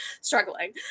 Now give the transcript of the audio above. struggling